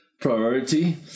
priority